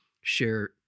share